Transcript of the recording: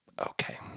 okay